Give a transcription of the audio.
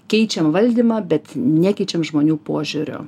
keičiam valdymą bet nekeičiam žmonių požiūrio